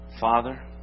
Father